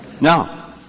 Now